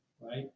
right